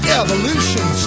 evolution